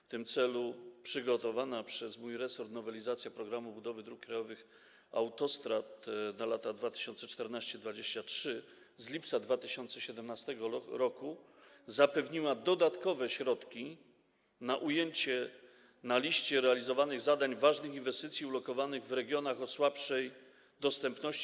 W tym celu przygotowana przez mój resort nowelizacja „Programu budowy dróg krajowych na lata 2014-2023” z lipca 2017 r. zapewniła dodatkowe środki do ujęcia na liście realizowanych zadań ważnych inwestycji ulokowanych w regionach o słabszej dostępności.